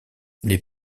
les